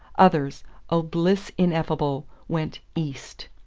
others oh bliss ineffable went east.